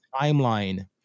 timeline